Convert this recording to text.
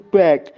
back